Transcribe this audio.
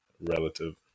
relative